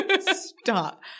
Stop